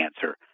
cancer